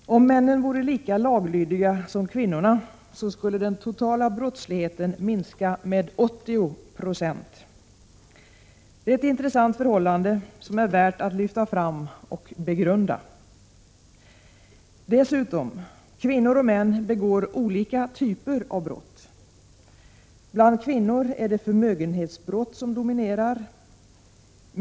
Herr talman! Om männen vore lika laglydiga som kvinnorna skulle den totala brottsligheten minska med 80 26. Det är ett intressant förhållande som är värt att lyfta fram och begrunda. Dessutom: Kvinnor och män begår olika typer av brott. Bland kvinnor är det förmögenhetsbrott som dominerar.